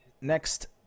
next